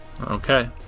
Okay